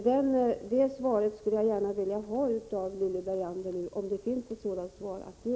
Den frågan skulle jag gärna vilja ha ett svar på från Lilly Bergander, om det finns ett svar att ge.